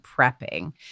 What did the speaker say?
prepping